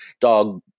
dog